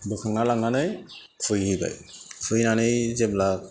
बोखांना लांनानै खुबैहैबाय खुबैनानै जेब्ला